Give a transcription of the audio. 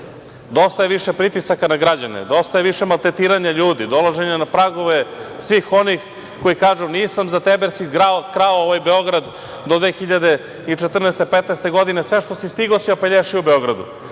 je više pritisaka na građane. Dosta je više maltretiranja ljudi, dolaženje na pragove svih onih koji kažu – nisam za tebe jer si krao ovaj Beograd do 2014, 2015. godine i sve što si stigao si opelješio u Beogradu,